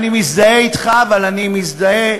אני מזדהה אתך, אבל אני מזדהה